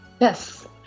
Yes